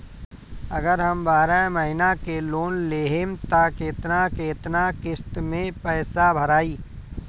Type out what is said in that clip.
अगर हम बारह महिना के लोन लेहेम त केतना केतना किस्त मे पैसा भराई?